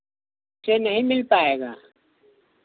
ऐसे नहीं मिल पाएगा